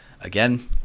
Again